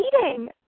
eating